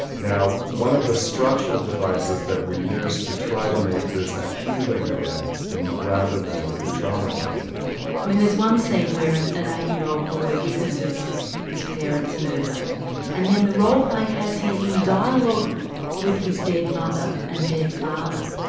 now one of the structural devices that we used to try to make this a healing event and rather than a re-traumatising one. there's one scene where and an eight year old boy witnesses his parents murder and then the role play has him in dialogue with his dead mother and dead father.